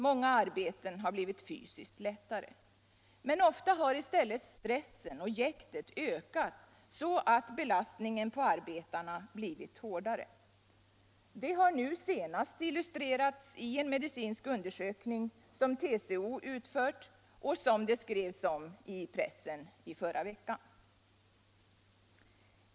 Många arbeten har blivit fysiskt lättare. Men ofta har i stället stressen och jäktet ökat, så att belastningen på arbetarna blivit hårdare. Det har nu senast illustrerats i en medicinsk undersökning som TCO utfört och som det skrevs om i pressen i förra veckan.